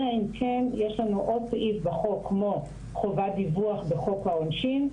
אלא אם כן יש לנו עוד סעיף בחוק כמו חובת דיווח בחוק העונשין,